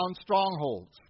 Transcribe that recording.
strongholds